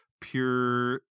pure